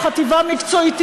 וחטיבה מקצועית,